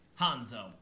Hanzo